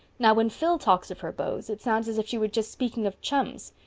now, when phil talks of her beaux it sounds as if she was just speaking of chums.